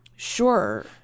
Sure